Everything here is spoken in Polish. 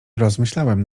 rozmyślałem